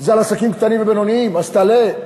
זה על עסקים קטנים ובינוניים, אז תעלה.